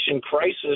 crisis